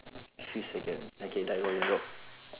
three seconds okay bye bye bye bye